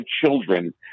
children